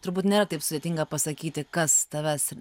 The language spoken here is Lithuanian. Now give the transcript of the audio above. turbūt nėra taip sudėtinga pasakyti kas tavęs